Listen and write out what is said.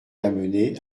amené